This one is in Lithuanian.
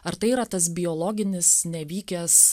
ar tai yra tas biologinis nevykęs